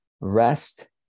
rest